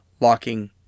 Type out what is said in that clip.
locking